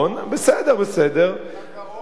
בסדר, בסדר, אתה גאון.